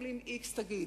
קופת-חולים x תגיד: